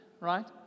right